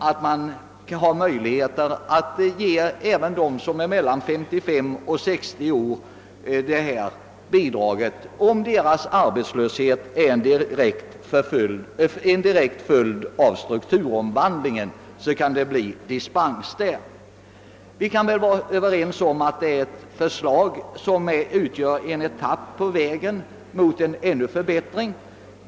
Det finns också möjlighet att ge dispens till dem som är mellan 55 och 60 år, om deras arbetslöshet är en direkt följd av strukturomvandlingen. Vi kan väl vara överens om att förslaget utgör en etapp på vägen mot bättre förhållanden.